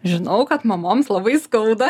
žinau kad mamoms labai skauda